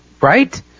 right